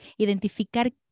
Identificar